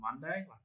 Monday